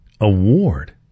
award